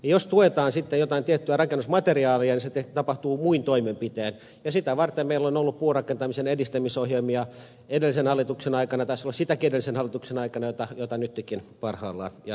jos tuetaan sitten jotain tiettyä rakennusmateriaalia niin se tapahtuu muin toimenpitein ja sitä varten meillä on ollut puurakentamisen edistämisohjelmia edellisen hallituksen aikana ja taisi olla sitäkin edellisen hallituksen aikana joita nytkin parhaillaan jatketaan